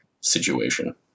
situation